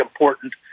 important